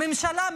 הממשלה,